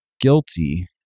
guilty